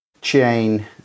chain